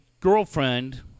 girlfriend